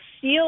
feel